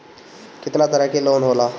केतना तरह के लोन होला?